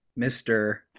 Mr